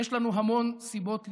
יש לנו המון סיבות לאופטימיות.